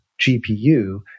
GPU